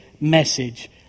message